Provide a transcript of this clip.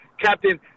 Captain